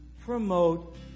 promote